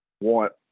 want